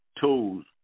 tools